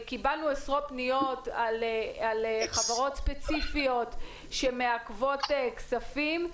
קיבלנו עשרות פניות על חברות ספציפיות שמעכבות כספים.